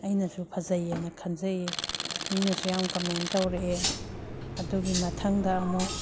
ꯑꯩꯅꯁꯨ ꯐꯖꯩꯑꯅ ꯈꯟꯖꯩꯌꯦ ꯃꯤꯅꯁꯨ ꯌꯥꯝ ꯀꯃꯦꯟ ꯇꯧꯔꯛꯑꯦ ꯑꯗꯨꯒꯤ ꯃꯊꯪꯗ ꯑꯃꯨꯛ